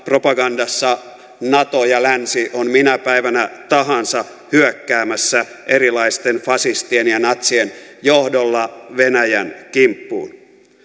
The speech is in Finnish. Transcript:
propagandassa nato ja länsi on minä päivänä tahansa hyökkäämässä erilaisten fasistien ja natsien johdolla venäjän kimppuun